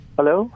Hello